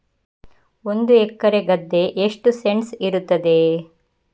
ಒಂದು ಎಕರೆ ಗದ್ದೆ ಎಷ್ಟು ಸೆಂಟ್ಸ್ ಇರುತ್ತದೆ?